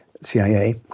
CIA